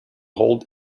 hold